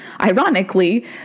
ironically